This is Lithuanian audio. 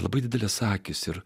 labai didelės akys ir